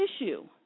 issue